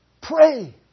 Pray